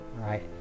right